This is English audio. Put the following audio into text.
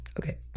okay